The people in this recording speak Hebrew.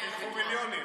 ייקחו מיליונים.